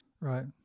Right